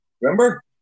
Remember